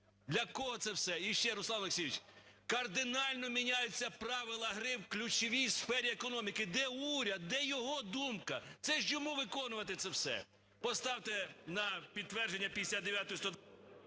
Для кого це все? І ще, Руслан Олексійович, кардинально міняються правила гри в ключовій сфері економіки. Де уряд, де його думка? Це ж йому виконувати це все. Поставте на підтвердження 59-у і...